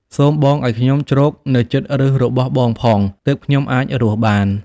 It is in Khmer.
សូមបងឲ្យខ្ញុំជ្រកនៅជិតប្ញសរបស់បងផង ទើបខ្ញុំអាចរស់បាន!